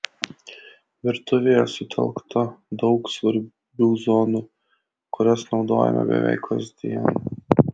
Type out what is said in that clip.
virtuvėje sutelkta daug svarbių zonų kurias naudojame beveik kasdien